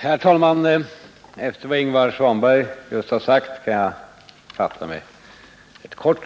Herr talman! Efter vad Ingvar Svanberg just har sagt kan jag fatta mig rätt kort.